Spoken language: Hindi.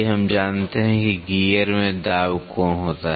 हम जानते हैं कि गियर में दाब कोण होता है